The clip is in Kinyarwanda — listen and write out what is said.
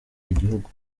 igihugu